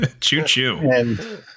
Choo-choo